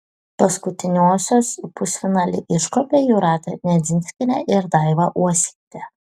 paskutiniosios į pusfinalį iškopė jūratė nedzinskienė ir daiva uosytė